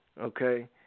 okay